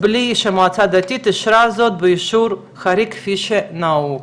בלי שהמועצה הדתית אישרה זאת באישור חריג כפי שנהוג.